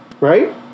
Right